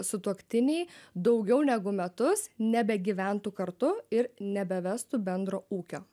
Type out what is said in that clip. sutuoktiniai daugiau negu metus nebegyventų kartu ir nebevestų bendro ūkio